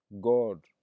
God